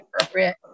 appropriate